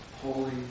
Holy